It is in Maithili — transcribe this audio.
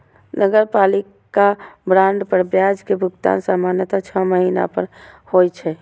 नगरपालिका बांड पर ब्याज के भुगतान सामान्यतः छह महीना पर होइ छै